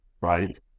right